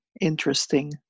interesting